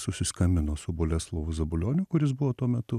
susiskambinau su boleslovu zabulioniu kuris buvo tuo metu